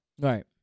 right